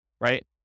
right